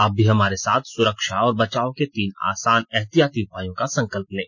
आप भी हमारे साथ सुरक्षा और बचाव के तीन आसान एहतियाती उपायों का संकल्प लें